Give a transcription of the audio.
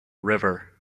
river